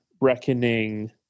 Reckoning